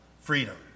freedom